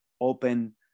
open